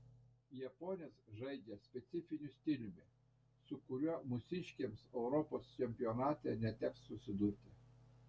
japonės žaidžia specifiniu stiliumi su kuriuo mūsiškėms europos čempionate neteks susidurti